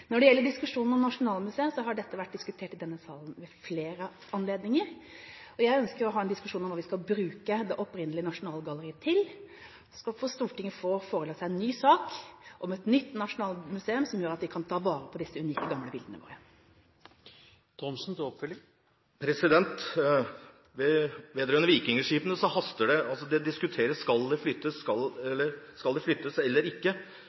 Når det gjelder Nasjonalmuseet, har dette vært diskutert i denne salen ved flere anledninger. Jeg ønsker å ha en diskusjon om hva vi skal bruke det opprinnelige Nasjonalgalleriet til. Stortinget skal få seg forelagt en ny sak om et nytt nasjonalmuseum, som vil gjøre at vi kan ta vare på disse unike gamle bildene våre. Med vikingskipene haster det. Det diskuteres om de skal flyttes eller ikke. Det som skjer nå, er at vikingskipene står og smuldrer opp. Skipene er glemt. Dette haster det